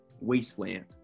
wasteland